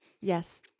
Yes